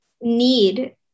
need